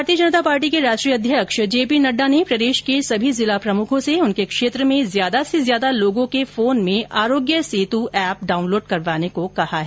भारतीय जनता पार्टी के राष्ट्रीय अध्यक्ष जे पी नड्डा ने प्रदेश के सभी जिला प्रमुखों से उनके क्षेत्र में ज्यादा से ज्यादा लोगों के फोन में आरोग्य सेतू एप डाउनलोड करवाने को कहा है